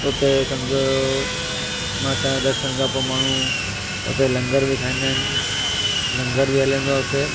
हुते सम्झो माता जे दर्शन खां पोइ माण्हू उते लंगर बि खाईंदा आहिनि लंगर बि हलंदो आहे उते